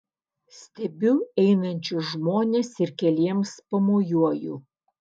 stebiu einančius žmones ir keliems pamojuoju